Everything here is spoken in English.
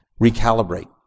recalibrate